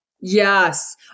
Yes